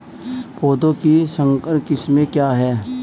पौधों की संकर किस्में क्या क्या हैं?